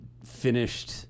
finished –